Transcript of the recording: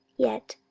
yet,